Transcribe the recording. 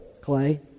Clay